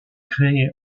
créé